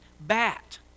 bat